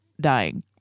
dying